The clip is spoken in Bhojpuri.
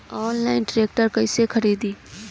आनलाइन ट्रैक्टर कैसे खरदी?